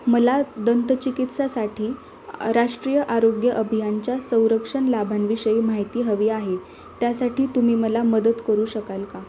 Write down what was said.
मला दंतचिकित्सासाठी राष्ट्रीय आरोग्य अभियानच्या संरक्षण लाभांविषयी माहिती हवी आहे त्यासाठी तुम्ही मला मदत करू शकाल का